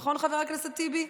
נכון, חבר הכנסת טיבי?